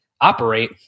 operate